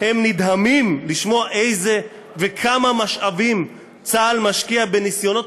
הם נדהמים לשמוע איזה משאבים וכמה צה"ל משקיע בניסיונות